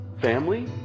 family